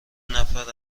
نفر